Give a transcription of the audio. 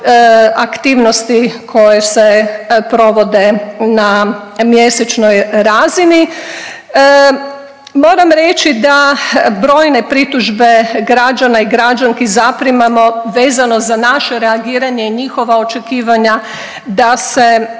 aktivnosti koje se provode na mjesečnoj razini. Moram reći da brojne pritužbe građana i građanki zaprimamo vezano za naše reagiranje i njihova očekivanja da se